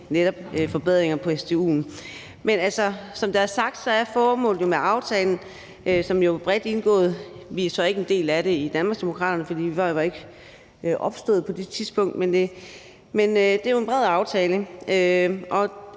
netop forbedringer af stu'en. Men som der er sagt, er formålet med aftalen, som jo er bredt indgået – vi er så ikke en del af den i Danmarksdemokraterne, fordi vi ikke var opstået på det tidspunkt, men det er en bred aftale –